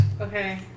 Okay